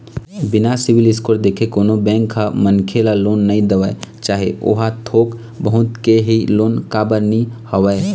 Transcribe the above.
बिना CIBIL score देखे कोनो बेंक ह मनखे ल लोन नइ देवय चाहे ओहा थोक बहुत के ही लोन काबर नीं होवय